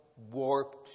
warped